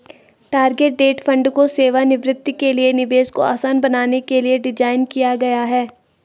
target date fund को सेवानिवृत्ति के लिए निवेश को आसान बनाने के लिए डिज़ाइन किया गया है